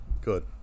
Good